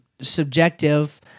subjective